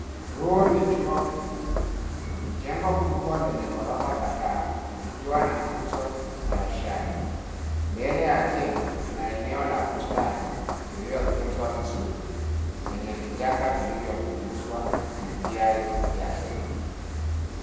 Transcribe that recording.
Huu ni chuo kikuu. Ni jengo kubwa lenye ghorofa kadhaa likiwa na nguzo na roshani. Mbele ya jengo kuna eneo la bustani lililotuzwa vizuri lenye vichaka vilivyopuguzwa na njia ya zege.